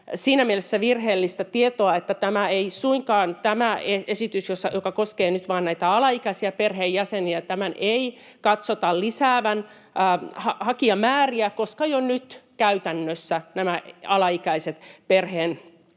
siinä mielessä virheellistä tietoa, että tämän esityksen, joka koskee nyt vain näitä alaikäisiä perheenjäseniä, ei katsota lisäävän hakijamääriä, koska jo nyt käytännössä näiltä alaikäisiltä perheenkokoajilta